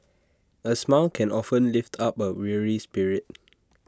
A smile can often lift up A weary spirit